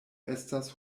estas